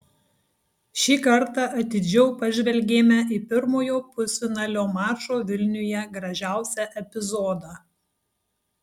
šį kartą atidžiau pažvelgėme į pirmojo pusfinalio mačo vilniuje gražiausią epizodą